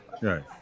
Right